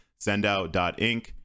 sendout.inc